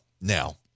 now